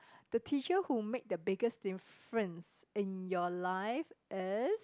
the teacher who make the biggest difference in your life is